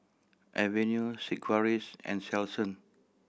Avene Sigvaris and Selsun